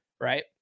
Right